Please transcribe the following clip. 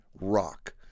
rock